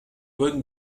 bonne